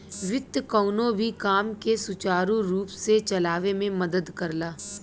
वित्त कउनो भी काम के सुचारू रूप से चलावे में मदद करला